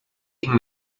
eng